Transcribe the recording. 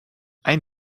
ein